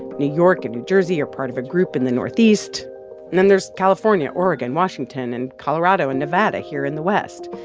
new york and new jersey are part of a group in the northeast. and then there's california, oregon, washington and colorado and nevada here in the west.